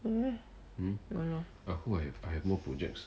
mmhmm ah lor